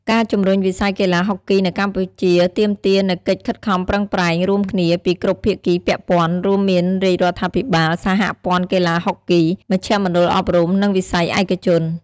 ការជំរុញវិស័យកីឡាហុកគីនៅកម្ពុជាទាមទារនូវកិច្ចខិតខំប្រឹងប្រែងរួមគ្នាពីគ្រប់ភាគីពាក់ព័ន្ធ រួមមានរាជរដ្ឋាភិបាល សហព័ន្ធកីឡាហុកគី មជ្ឈមណ្ឌលអប់រំ និងវិស័យឯកជន។